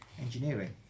Engineering